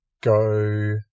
go